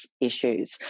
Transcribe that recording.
issues